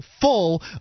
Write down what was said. full